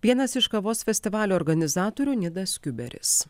vienas iš kavos festivalio organizatorių nidas kiuberis